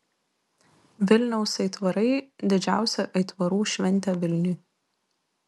vilniaus aitvarai didžiausia aitvarų šventė vilniui